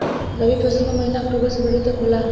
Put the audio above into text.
रवी फसल क महिना अक्टूबर से फरवरी तक होला